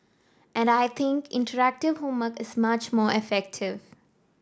and I think interactive homework is much more effective